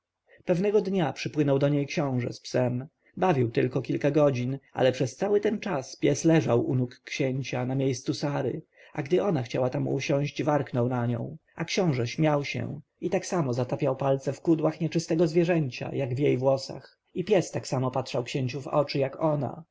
pewnego dnia przypłynął do niej książę z psem bawił tylko parę godzin ale przez cały ten czas pies leżał u nóg księcia na miejscu sary a gdy ona chciała tam usiąść warknął na nią a książę śmiał się i tak samo zatapiał palce w kudłach nieczystego zwierzęcia jak i w jej włosach i pies tak samo patrzył księciu w oczy jak ona